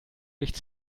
licht